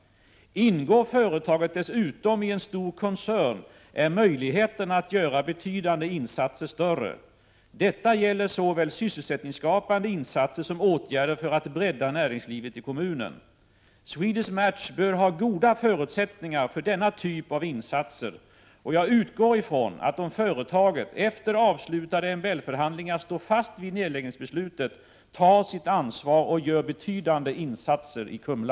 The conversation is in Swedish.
Ingår företaget dessutom i en stor koncern, är möjligheterna att göra betydande insatser större. Detta gäller såväl sysselsättningsskapande insatser som åtgärder för att bredda näringslivet i kommunen. Swedish Match bör ha goda förutsättningar för denna typ av insatser. Jag utgår ifrån att om företaget, efter avslutade MBL-förhandlingar står fast vid nedläggningsbeslutet, tar sitt ansvar och gör betydande insatser i Kumla.